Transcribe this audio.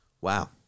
Wow